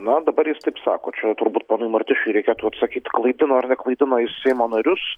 na dabar jis taip sako čia turbūt ponui martišiui reikėtų atsakyt klaidino ir neklaidino jis seimo narius